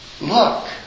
look